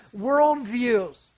worldviews